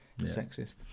Sexist